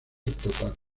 total